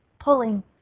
pulling